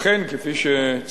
אכן, כפי שציינת,